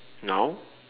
now